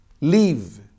leave